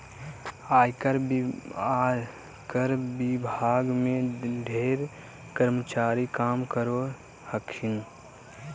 आयकर विभाग में ढेर कर्मचारी काम करो हखिन